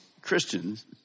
Christians